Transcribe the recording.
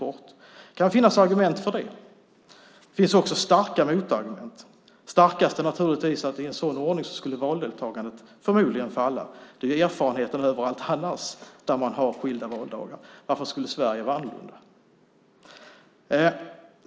Det kan finnas argument för det. Det finns också starka motargument. Det starkaste är naturligtvis att valdeltagandet vid en sådan ordning förmodligen skulle falla. Det är erfarenheten överallt där man har skilda valdagar. Varför skulle Sverige vara annorlunda?